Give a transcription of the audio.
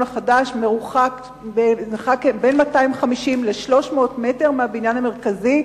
החדש מרוחק בין 250 ל-300 מטר מהבניין המרכזי,